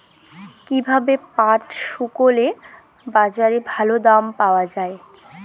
কীভাবে পাট শুকোলে বাজারে ভালো দাম পাওয়া য়ায়?